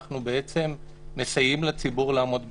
אנחנו בעצם מסייעים לציבור לעמוד בתקנות.